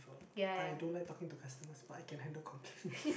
I don't like talking to customers but I can handle complaints